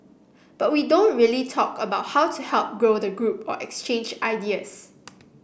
but we don't really talk about how to help grow the group or exchange ideas